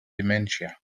dementia